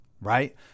right